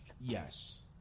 Yes